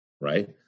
right